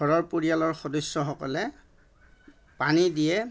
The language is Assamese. ঘৰৰ পৰিয়ালৰ সদস্যসকলে পানী দিয়ে